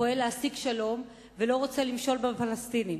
פועל להשיג שלום ולא רוצה למשול בפלסטינים,